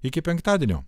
iki penktadienio